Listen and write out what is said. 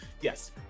yes